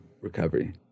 recovery